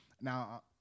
now